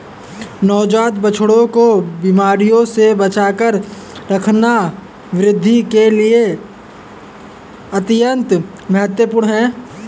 नवजात बछड़ों को बीमारियों से बचाकर रखना वृद्धि के लिए अत्यंत महत्वपूर्ण है